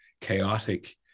chaotic